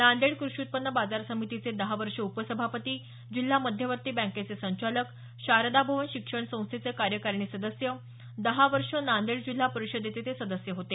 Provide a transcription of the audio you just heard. नांदेड क्रषि उत्पन्न बाजार समितीचे दहा वर्षे उपसभापती जिल्हा मध्यवर्ती बँकेचे संचालक शारदा भवन शिक्षण संस्थचे कार्यकारिणी सदस्य दहा वर्षे नांदेड जिल्हा परिषदेचे ते सदस्य होते